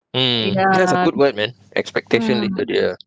mm that's a good word man expectation ya